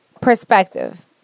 perspective